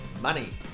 money